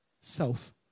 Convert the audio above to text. self